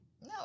No